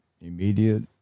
immediate